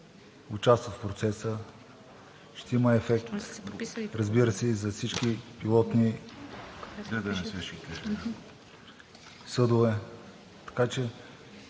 участват в процеса, ще има ефект, разбира се, и за всички пилотни съдове. Така че